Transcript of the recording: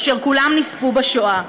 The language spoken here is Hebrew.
אשר כולם נספו בשואה.